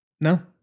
No